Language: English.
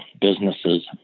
businesses